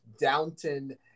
Downton